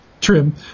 Trim